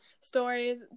stories